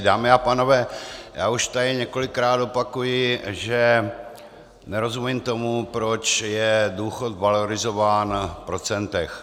Dámy a pánové, já už tady několikrát opakuji, že nerozumím tomu, proč je důchod valorizován v procentech.